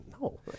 no